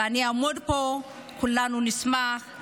ואני אעמוד פה וכולנו נשמח,